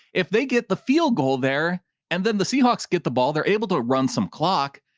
if they get the field goal there and then the seahawks get the ball, they're able to run some clock.